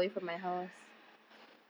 then I'm like I'm gonna do baseball